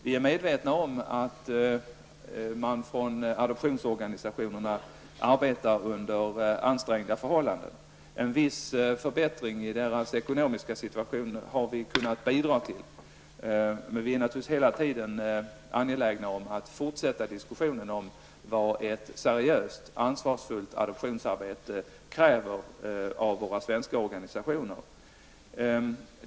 Vi är medvetna om att man från adoptionsorganisationerna arbetar under ansträngda förhållanden. En viss förbättring i deras ekonomiska situation har vi kunnat bidra till, men vi är naturligtvis hela tiden angelägna om att fortsätta diskussionen om vad ett seriöst och ansvarsfullt adoptionsarbete kräver av våra svenska organisationer.